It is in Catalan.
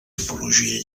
tipologia